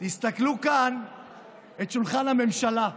תסתכלו על שולחן הממשלה כאן.